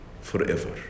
forever